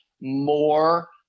more